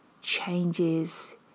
changes